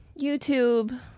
YouTube